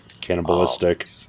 cannibalistic